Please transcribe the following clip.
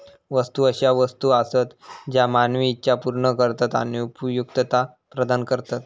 वस्तू अशा वस्तू आसत ज्या मानवी इच्छा पूर्ण करतत आणि उपयुक्तता प्रदान करतत